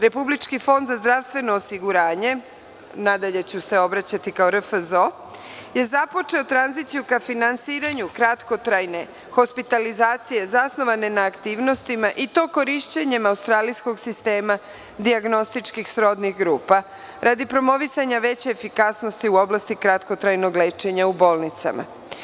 Republički fond za zdravstveno osiguranje, nadalje ću govoriti RFZO, je započeo tranziciju ka finansiranju kratkotrajne hospitalizacije zasnovane na aktivnostima, i to korišćenjem australijskog sistema dijagnostičkih srodnih grupa, a radi promovisanja veće efikasnosti u oblasti kratkotrajnog lečenja u bolnicama.